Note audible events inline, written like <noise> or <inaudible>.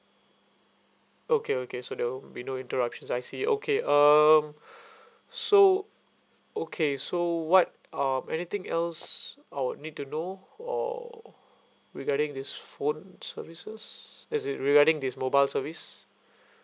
okay okay so there'll be no interruptions I see okay um <breath> so okay so what um anything else I would need to know or regarding this phone services is it regarding this mobile service